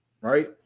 right